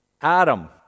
Adam